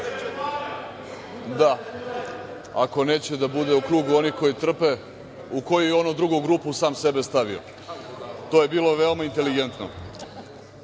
Ako neće da bude u grupu onih koji trpe, u koju je ono grupu sam sebe stavio? To je bilo veoma inteligentno.